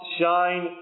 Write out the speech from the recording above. shine